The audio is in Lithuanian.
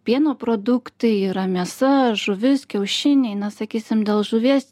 pieno produktai yra mėsa žuvis kiaušiniai na sakysim dėl žuvies